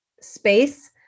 space